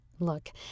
Look